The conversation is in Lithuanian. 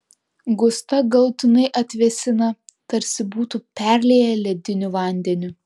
gustą galutinai atvėsina tarsi būtų perlieję lediniu vandeniu